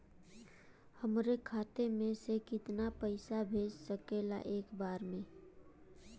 हमरे खाता में से कितना पईसा भेज सकेला एक बार में?